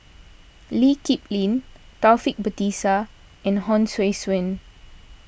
Lee Kip Lin Taufik Batisah and Hon Sui Sen